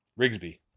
Rigsby